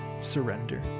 surrender